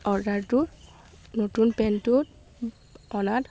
অৰ্ডাৰটো নতুন পেণ্টটো অনাত